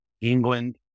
england